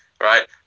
right